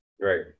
Right